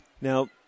now